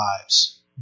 lives